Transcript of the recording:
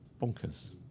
bonkers